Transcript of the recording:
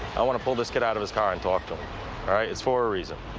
i want to pull this kid out of his car and talk to it's for a reason.